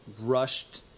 rushed